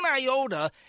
iota